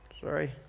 Sorry